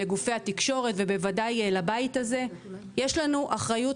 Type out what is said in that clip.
לגופי התקשורת ובוודאי לבית הזה יש לנו אחריות